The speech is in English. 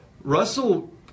Russell